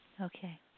Okay